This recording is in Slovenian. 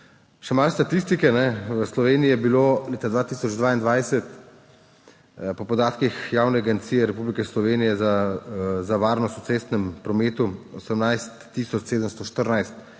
Še malo statistike. V Sloveniji je bilo leta 2022 po podatkih Javne agencije Republike Slovenije za varnost prometa 18